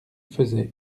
faisait